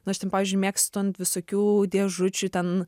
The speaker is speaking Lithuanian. nu aš ten pavyzdžiui mėgstu ant visokių dėžučių ten